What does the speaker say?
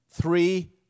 Three